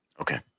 Okay